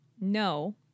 No